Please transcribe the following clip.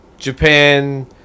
japan